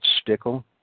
Stickle